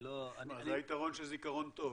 זה היתרון של זיכרון טוב.